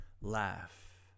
laugh